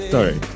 Sorry